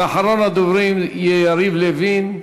ואחרון הדוברים יהיה יריב לוין.